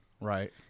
Right